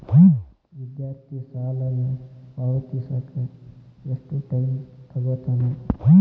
ವಿದ್ಯಾರ್ಥಿ ಸಾಲನ ಪಾವತಿಸಕ ಎಷ್ಟು ಟೈಮ್ ತೊಗೋತನ